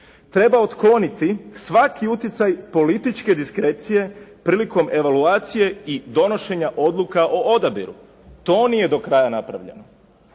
Treba otkloniti svaki utjecaj političke diskrecije prilikom evaluacije i donošenja odluka o odabiru. To nije do kraja napravljeno.